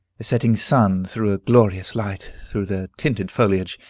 the setting sun threw a glorious light through their tinted foliage,